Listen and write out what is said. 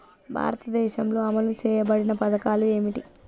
భారతదేశంలో అమలు చేయబడిన పథకాలు ఏమిటి?